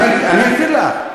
אני אגדיר לך.